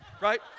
right